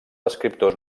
escriptors